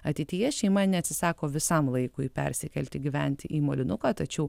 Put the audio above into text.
ateityje šeima neatsisako visam laikui persikelti gyventi į molinuką tačiau